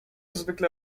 zwykle